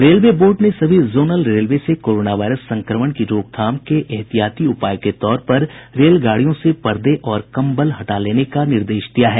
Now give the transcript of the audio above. railway board ने सभी zonal railway से कोरोना वायरस संक्रमण की रोकथाम के एहतियाती उपाय के तौर पर रेलगाड़ियों से पर्दे और कम्बल हटा लेने का निर्देश दिया है